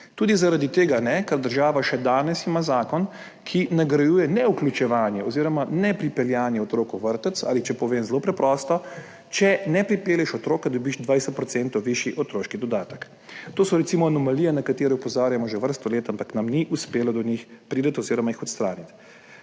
tudi zaradi tega ne, ker ima država še danes zakon, ki nagrajuje nevključevanje oziroma nepripeljanje otrok v vrtec ali če povem zelo preprosto, če ne pripelješ otroka, dobiš 20 % višji otroški dodatek. To so recimo anomalije, na katere opozarjamo že vrsto let, ampak nam ni uspelo priti do njih oziroma jih odstraniti.